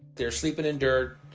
they're sleeping in dirt.